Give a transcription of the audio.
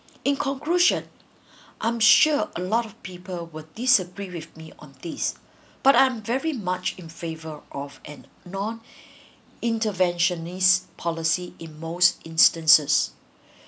in conclusion I'm sure a lot of people will disagree with me on this but I am very much in favor of and nor interventionist policy in most instances